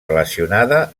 relacionada